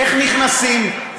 איך נכנסים,